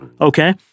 Okay